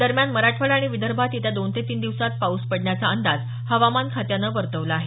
दरम्यान मराठवाडा आणि विदर्भात येत्या दोन ते तीन दिवसांत पाऊस पडण्याचा अंदाज हवामान खात्यानं वर्तवला आहे